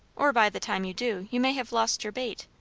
or by the time you do, you may have lost your bait.